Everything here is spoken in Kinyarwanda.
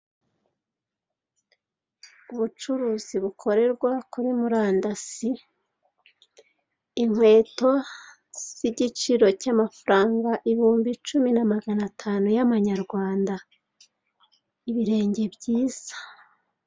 Ubucuruzi bukorerwa kuri muri andasi, inkweto z'igiciro cy'amafaranga ibihumbi icumi na maganatanu y'amanyarwanda. ibirenge byiza.